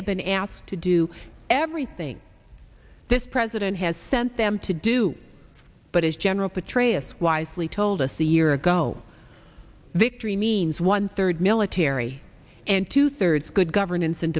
have been asked to do everything this president has sent them to do but as general petraeus wisely told us a year ago victory means one third military and two thirds of good governance and